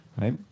right